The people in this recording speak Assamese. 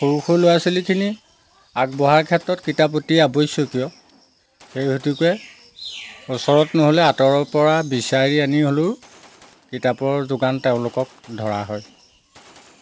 সৰু সৰু ল'ৰা ছোৱালীখিনিৰ আগবঢ়াৰ ক্ষেত্ৰত কিতাপ অতি আৱশ্যকীয় সেই হেতুকে ওচৰত নহ'লে আঁতৰৰ পৰা বিচাৰি আনি হ'লেও কিতাপৰ যোগান তেওঁলোকক ধৰা হয়